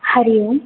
हरिः ओम्